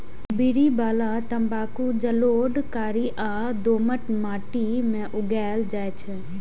बीड़ी बला तंबाकू जलोढ़, कारी आ दोमट माटि मे उगायल जाइ छै